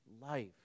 life